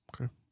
Okay